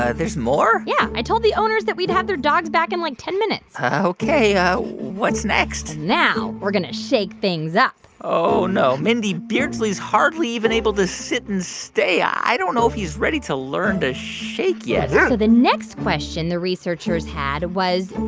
there's more? yeah. i told the owners that we'd have their dogs back in, like, ten minutes ok, what's what's next? now we're going to shake things up oh, no. mindy, beardsley's hardly even able to sit and stay. i don't know if he's ready to learn to shake yet yeah so the next question the researchers had was,